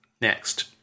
Next